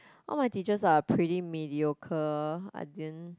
all my teachers are pretty mediocre I didn't